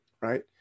right